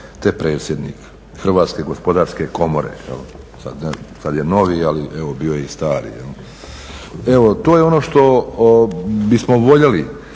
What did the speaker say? te predsjednik Hrvatske gospodarske komore. Sad je novi, ali evo bio je i stari. Evo to je ono što bismo voljeli